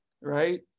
right